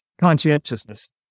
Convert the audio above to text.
conscientiousness